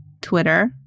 Twitter